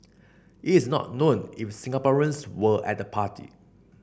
it is not known if Singaporeans were at the party